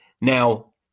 Now